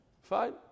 Fine